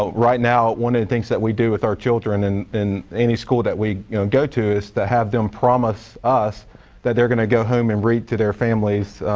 ah right now one of the things that we do with our children and in any school that we go to is to have them promise us that they're going to go home and read to their families.